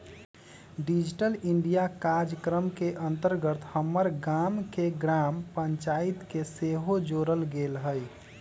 digital India काजक्रम के अंतर्गत हमर गाम के ग्राम पञ्चाइत के सेहो जोड़ल गेल हइ